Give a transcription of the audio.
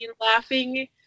laughing